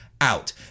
out